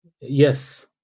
Yes